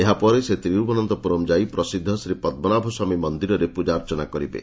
ଏହାପରେ ସେ ତିରିବନନ୍ତପୁରମ୍ ଯାଇ ପ୍ରସିଦ୍ଧ ଶ୍ରୀ ପଦ୍ମନାଭ ସ୍ୱାମୀ ମନ୍ଦିରରେ ପୂଜାର୍ଚ୍ଚନା କରିବେ